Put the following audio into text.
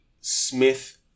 Smith